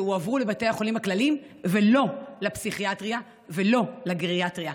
שהועברו לבתי החולים הכלליים ולא לפסיכיאטריה ולא לגריאטריה.